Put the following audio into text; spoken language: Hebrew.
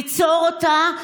ניצור אותה,